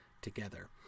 together